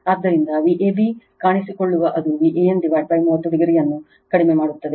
ಆದ್ದರಿಂದ Vab ಕಾಣಿಸಿಕೊಳ್ಳುವ ಅದು Van30 o ಅನ್ನು ಕಡಿಮೆ ಮಾಡುತ್ತದೆ